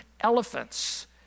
elephants